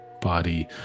body